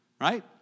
Right